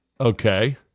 Okay